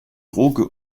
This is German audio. droge